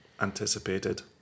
anticipated